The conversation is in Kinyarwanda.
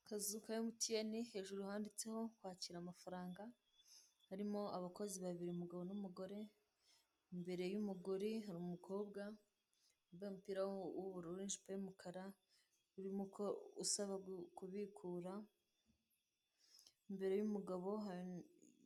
Akazu ka MTN, hejuru handitseho kwakira amafaranga, harimo abakozi babiri umugabo n'umugore, imbere y'umugore hari umukobwa wambaye umupira w'ubururu n'ijipo y'umukara urimo usaba kubikura, imbere y'umugabo